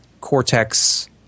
Cortex